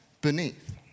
beneath